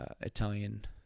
Italian